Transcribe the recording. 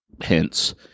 hence